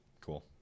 cool